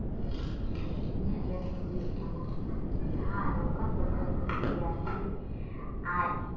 ᱮᱱᱠᱷᱟᱱ ᱤᱧᱟᱹᱜ ᱢᱮᱱ ᱫᱚ ᱦᱩᱭᱩᱜ ᱠᱟᱱᱟ ᱡᱟᱦᱟᱸ ᱱᱚᱝᱠᱟᱱ ᱯᱟᱹᱴᱷᱩᱣᱟᱹᱧ ᱠᱩᱥᱤᱭᱟᱭᱟ ᱠᱤ ᱟᱡ